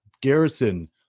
Garrison